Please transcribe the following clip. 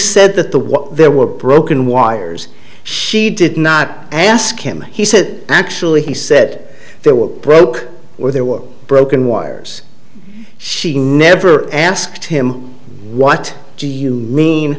said that the what there were broken wires she did not ask him he said actually he said there was broke or there were broken wires she never asked him what do you mean